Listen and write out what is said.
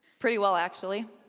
pretty well, actually.